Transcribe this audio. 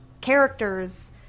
characters